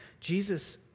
Jesus